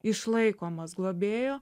išlaikomas globėjo